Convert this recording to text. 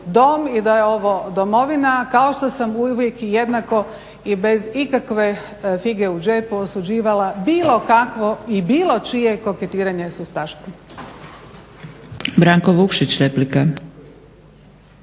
i da je ovo domovina kao što sam uvijek jednako i bez ikakve fige u džepu osuđivala bilo kakvo i bilo čije koketiranje s ustaštvom.